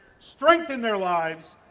strengthen their lives,